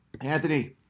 Anthony